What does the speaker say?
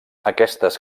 aquestes